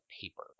paper